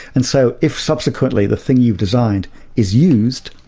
and so if subsequently the thing you've designed is used,